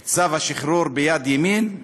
את צו השחרור ביד ימין,